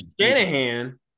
Shanahan